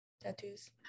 tattoos